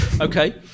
Okay